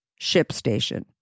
ShipStation